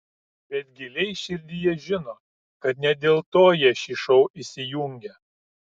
bet giliai širdyje žino kad ne dėl to jie šį šou įsijungia